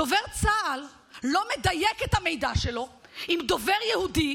דובר צה"ל לא מדייק את המידע שלו עם דובר יהודי,